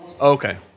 Okay